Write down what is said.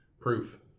proof